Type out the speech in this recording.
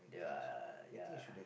their ya